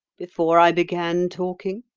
before i began talking.